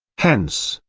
hence,